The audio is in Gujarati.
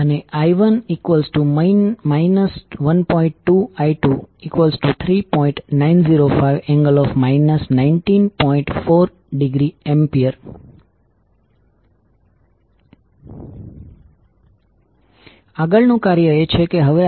તેથી આ અંગૂઠો એ દિશા તમને બતાવશે કે તમારું ફ્લક્સ કેવી રીતે અને કઈ દિશામાં ફરતું હશે